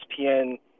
ESPN